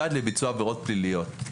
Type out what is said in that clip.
בחשד לביצוע עבירות פליליות,